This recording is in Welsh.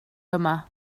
yma